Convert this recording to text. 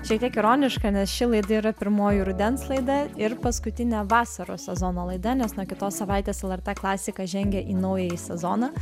šiek tiek ironiška nes ši laida yra pirmoji rudens laida ir paskutinė vasaros sezono laida nes nuo kitos savaitės lrt klasika žengia į naująjį sezoną